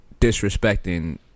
Disrespecting